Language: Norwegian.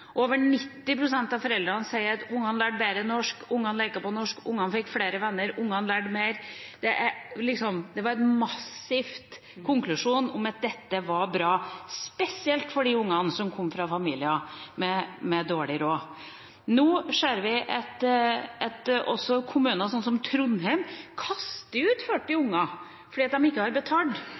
over 90 pst. deltakelse. Over 90 pst. av foreldrene sier at ungene lærte bedre norsk, ungene lekte på norsk, ungene fikk flere venner, ungene lærte mer. Det var en massiv konklusjon om at dette var bra, spesielt for de ungene som kom fra familier med dårlig råd. Nå ser vi at også kommuner som Trondheim kaster ut 40 unger fordi de ikke har betalt.